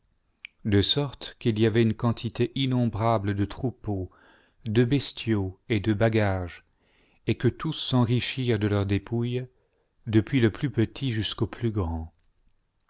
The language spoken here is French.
de sorte qu'il y avait une quantité innombrable de troupeaux de bestiaux et de bagages et que tous s'enrichirent do leurs dépouilles depuis le plus petit jusqu'au plus grand